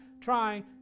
trying